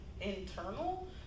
internal